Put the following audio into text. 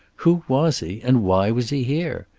who was he, and why was he here?